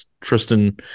Tristan